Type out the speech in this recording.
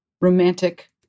romantic